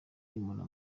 y’umura